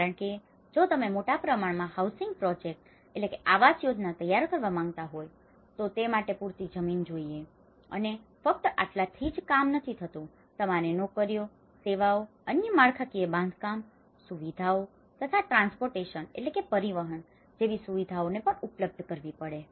કારણ કે જો તમે મોટા પ્રમાણમાં હાઉસિંગ પ્રોજેક્ટ housing project આવાસ યોજના તૈયાર કરવા માંગતા હોય તો તે માટે પૂરતી જમીન જોઈએ અને ફક્ત આટલાથી જ કામ નથી થતું તમારે નોકરીઓ સેવાઓ અન્ય માળખાકીય બાંધકામ સુવિધાઓ તથા ટ્રાન્સપોર્ટટેશન transportation પરિવહન જેવી સુવિધાઓ પણ ઉપલબ્ધ કરવી પડે